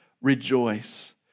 rejoice